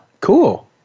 cool